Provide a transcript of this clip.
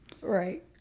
Right